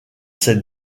ces